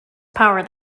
power